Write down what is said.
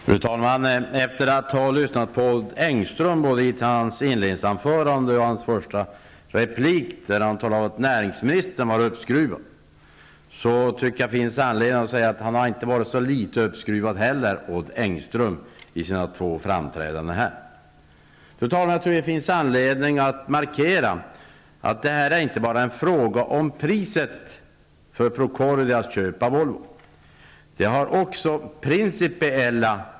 Fru talman! Efter att ha lyssnat på Odd Engströms inledningsanförande och hans första replik, där han talar om att näringsministern är uppskruvad, tycker jag att det finns anledning att säga att Odd Engström inte har varit så litet uppskruvad heller i sina två framträdanden här. Jag tycker att det finns anledning att markera att det här inte bara är fråga om priset för Procordias köp av Volvo.